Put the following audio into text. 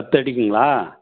பத்து அடிக்குங்களா